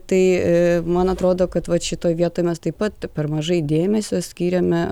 tai man atrodo kad vat šitoje vietoj mes taip pat per mažai dėmesio skyrėme